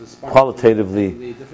qualitatively